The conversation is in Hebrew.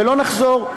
ולא נחזור.